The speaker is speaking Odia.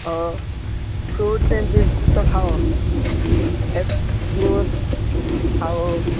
ଆଉ ଫ୍ରୁଟ୍ ସେମିତି ଜିନିଷ ଖାଅ ଏପୁଲ୍ ଆଉ